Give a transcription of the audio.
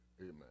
amen